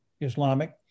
Islamic